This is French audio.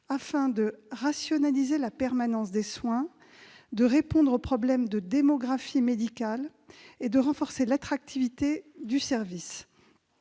afin de rationaliser la permanence des soins, de répondre aux problèmes de démographie médicale et de renforcer l'attractivité du service.